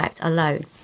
alone